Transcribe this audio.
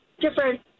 different